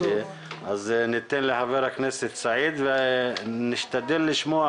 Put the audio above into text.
אז ניתן לחבר הכנסת סעיד ונשתדל לשמוע